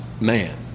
man